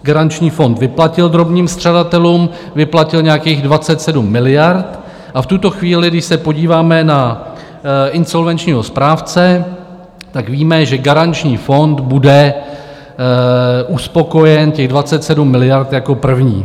Garanční fond vyplatil drobným střadatelům, vyplatil nějakých 27 miliard, a v tuto chvíli, když se podíváme na insolvenčního správce, víme, že Garanční fond bude uspokojen, těch 27 miliard, jako první.